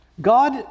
God